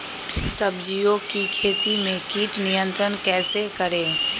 सब्जियों की खेती में कीट नियंत्रण कैसे करें?